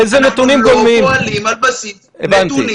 אנחנו לא פועלים על בסיס נתונים